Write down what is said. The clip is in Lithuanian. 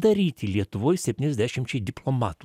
daryti lietuvoj septyniasdešimčiai diplomatų